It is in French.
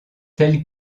tel